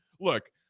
Look